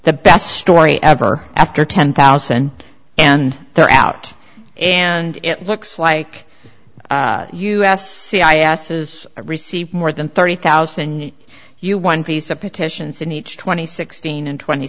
the best story ever after ten thousand and they're out and it looks like us c i s is received more than thirty thousand you one piece petitions in each twenty sixteen and twenty